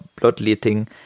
bloodletting